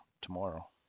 tomorrow